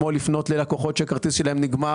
כמו לפנות ללקוחות שהכרטיס שלהם נגמר